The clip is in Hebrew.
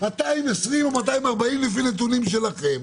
220 או 240, לפי נתונים שלכם.